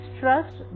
trust